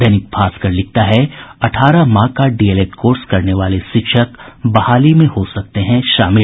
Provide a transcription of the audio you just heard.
दैनिक भास्कर लिखता है अठारह माह का डीएलएड कोर्स करने वाले शिक्षक बहाली में हो सकते हैं शामिल